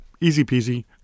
easy-peasy